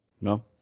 No